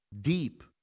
deep